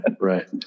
right